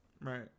Right